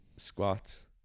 squats